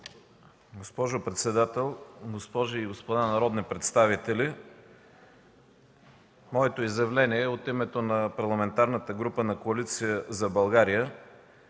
Госпожо председател, госпожи и господа народни представители! Моето изявление от името на Парламентарната група на Коалиция за България